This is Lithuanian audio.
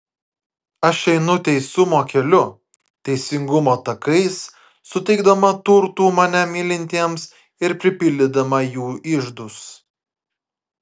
aš einu teisumo keliu teisingumo takais suteikdama turtų mane mylintiems ir pripildydama jų iždus